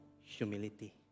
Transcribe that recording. humility